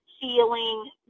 feeling